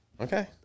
Okay